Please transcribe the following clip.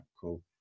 cool